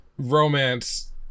romance